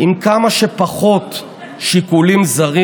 אבל אני פה רוצה להודות לחברי ולחברות הכנסת מהקואליציה,